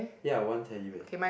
ya one Teddy Bear